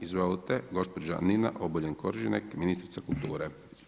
Izvolite, gospođa Nina Obuljen Koržinek, ministrica kulture.